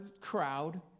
crowd